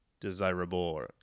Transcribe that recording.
desirable